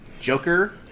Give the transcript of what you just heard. Joker